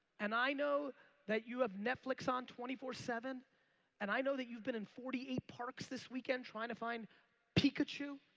and i know that you have netflix on twenty four seven and i know that you've been in forty eight parks this weekend trying to find pikachu